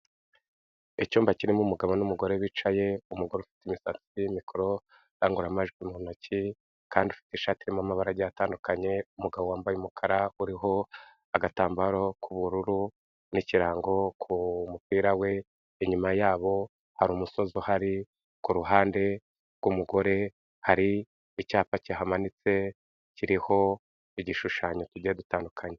Icyumba kirimo umugabo n'umugore bicaye, umugore ufite imisatsi, mikoro, indangururamajwi mu ntoki, kandi ufite ishati irimo amabara agiye atandukanye, umugabo wambaye umukara uriho agatambaro k'ubururu n'ikirango ku mupira we, inyuma yabo hari umusozi uhari ku ruhande rw'umugore hari icyapa cyihamanitse kiriho igishushanyo tugiye dutandukanye.